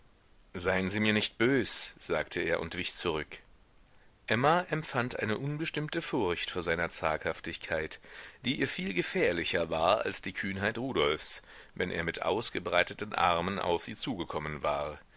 seien sie mir nicht bös sagte er und wich zurück emma empfand eine unbestimmte furcht vor seiner zaghaftigkeit die ihr viel gefährlicher war als die kühnheit rudolfs wenn er mit ausgebreiteten armen auf sie zugekommen war